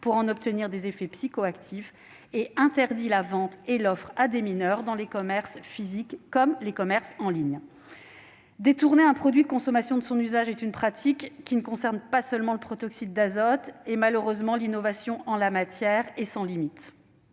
pour en obtenir des effets psychoactifs ; enfin, elle interdit sa vente et son offre à des mineurs, dans les commerces physiques comme en ligne. Détourner un produit de consommation de son usage est une pratique qui ne concerne pas seulement le protoxyde d'azote. Malheureusement, l'innovation en la matière est sans limites